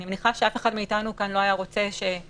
אני מניחה שאף אחד מאתנו לא היה רוצה שמדינת